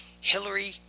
Hillary